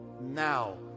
now